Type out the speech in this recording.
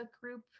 group